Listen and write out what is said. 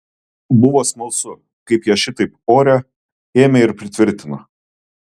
buvo smalsu kaip ją šitaip ore ėmė ir pritvirtino